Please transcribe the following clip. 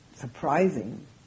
surprising